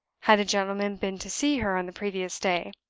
had a gentleman been to see her on the previous day?